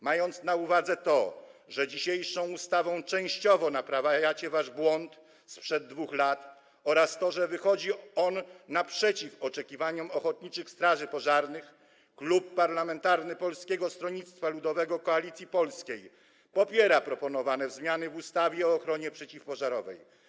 Mając na uwadze to, że dzisiejszą ustawą częściowo naprawiacie swój błąd sprzed 2 lat, oraz to, że wychodzi on naprzeciw oczekiwaniom ochotniczych straży pożarnych, Klub Parlamentarny Polskie Stronnictwo Ludowe - Koalicja Polska popiera proponowane zmiany w ustawie o ochronie przeciwpożarowej.